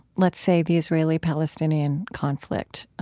let's say, the israeli-palestinian conflict, ah,